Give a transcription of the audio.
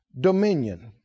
dominion